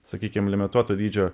sakykim limituoto dydžio